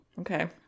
okay